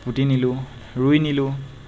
পুতি নিলোঁ ৰুই নিলোঁ